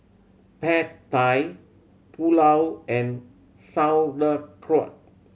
Pad Thai Pulao and Sauerkraut